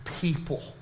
people